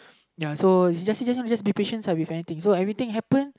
ya so just just be patient lah with anything so everything happen